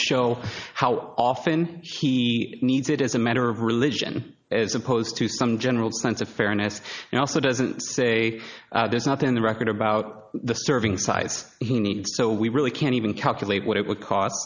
show how often she needs it as a matter of religion as opposed to some general sense of fairness and also doesn't say there's nothing in the record about the serving size he needs so we really can't even calculate what it would cost